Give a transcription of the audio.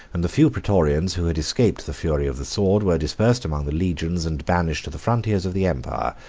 and the few praetorians who had escaped the fury of the sword were dispersed among the legions, and banished to the frontiers of the empire,